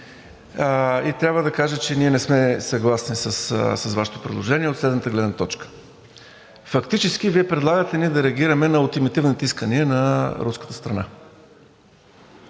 и трябва да кажа, че ние не сме съгласни с Вашето предложение от следната гледна точка. Фактически Вие предлагате ние да реагираме на ултимативните искания на руската страна.